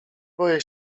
boję